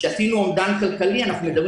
שאפילו באומדן כלכלי אנחנו מדברים